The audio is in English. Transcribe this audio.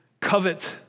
covet